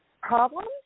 problems